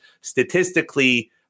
Statistically